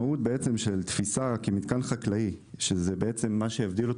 התפיסה כמתקן חקלאי היא שזה מה שיבדיל,